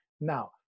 Now